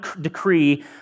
decree